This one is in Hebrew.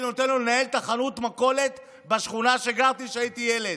נותן לו לנהל את חנות המכולת בשכונה שגרתי בה כשהייתי ילד.